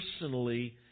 personally